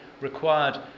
required